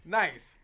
nice